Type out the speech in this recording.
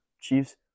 Chiefs